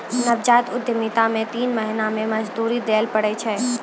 नवजात उद्यमिता मे तीन महीना मे मजदूरी दैल पड़ै छै